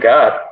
God